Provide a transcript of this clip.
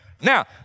Now